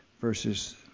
verses